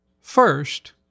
First